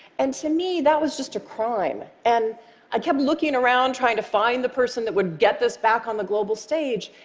and to me that was just a crime, and i kept looking around trying to find the person that would get this back on the global stage,